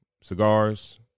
cigars